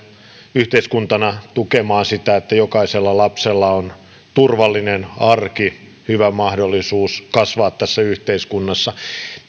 yhteiskuntana tukemaan sitä että jokaisella lapsella on turvallinen arki hyvä mahdollisuus kasvaa tässä yhteiskunnassa